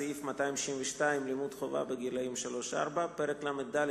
סעיף 262 (לימוד חובה בגילאי 3 4); פרק ל"ד,